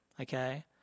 Okay